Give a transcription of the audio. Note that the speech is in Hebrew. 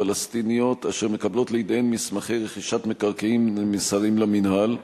פלסטיניות המקבלות לידיהן מסמכי רכישת מקרקעין הנמסרים למינהל,